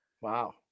Wow